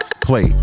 play